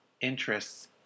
interests